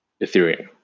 Ethereum